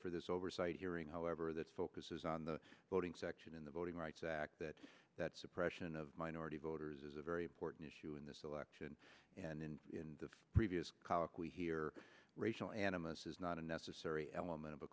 for this oversight hearing however that focuses on the voting section in the voting rights act that that suppression of minority voters is a very important issue in this election and in the previous colloquy here racial animus is not a necessary element of a